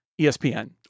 ESPN